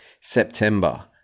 September